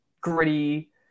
gritty